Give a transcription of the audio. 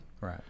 Right